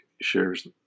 shares